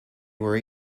were